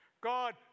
God